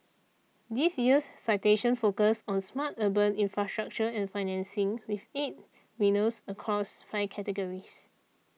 this year's citations focus on smart urban infrastructure and financing with eight winners across five categories